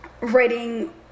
writing